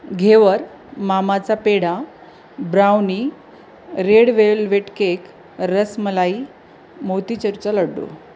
घेवर मामाचा peda brownie red velvet cake rasmalai मोतीचूरचं लड्डू